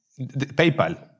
PayPal